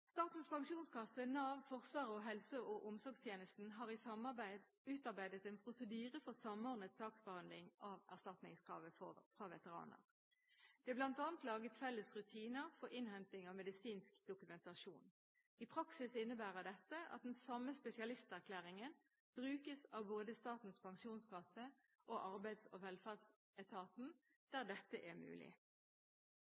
Statens pensjonskasse, Nav, Forsvaret og helse- og omsorgstjenesten har i samarbeid utarbeidet en prosedyre for samordnet saksbehandling av erstatningskrav fra veteraner. Det er bl.a. laget felles rutiner for innhenting av medisinsk dokumentasjon. I praksis innebærer dette at den samme spesialisterklæringen brukes av både Statens pensjonskasse og Arbeids- og velferdsetaten